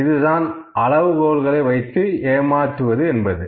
இதுதான் அளவுகோல்களை வைத்து ஏமாற்றுவது